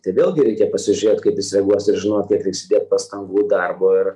tai vėlgi reikia pasižiūrėt kaip jis reaguos ir žinot kiek reiks įdėt pastangų darbo ir